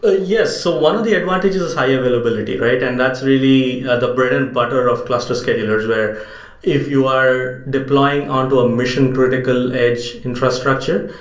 ah yes. so one of the advantages is high availability, right? and that's really the bread and butter of cluster schedulers, where if you are deploying onto a mission-critical edge infrastructure,